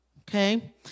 okay